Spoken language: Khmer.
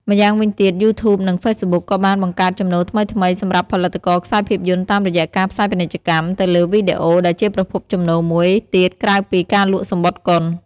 ម្យ៉ាងវិញទៀត យូធូប និង ហ្វេសប៊ុក ក៏បាន បង្កើតចំណូលថ្មីៗ សម្រាប់ផលិតករខ្សែភាពយន្តតាមរយៈការផ្សាយពាណិជ្ជកម្មទៅលើវីដេអូ ដែលជាប្រភពចំណូលមួយទៀតក្រៅពីការលក់សំបុត្រកុន។